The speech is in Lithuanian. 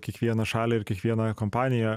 kiekvieną šalį ir kiekvieną kompaniją